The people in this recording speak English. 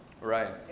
Right